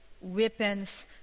weapons